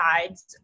sides